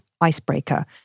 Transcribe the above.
icebreaker